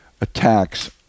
attacks